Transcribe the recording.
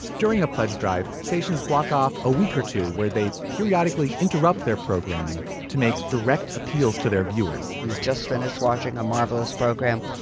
during a pledge drive stations block off a week or two where they periodically interrupt their programming to make direct appeals to their viewers you just finished watching a marvelous program.